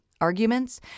arguments